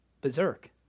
berserk